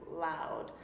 loud